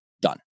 done